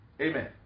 amen